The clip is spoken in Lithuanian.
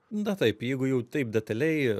na taip jeigu jau taip detaliai